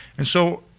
and so,